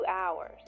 hours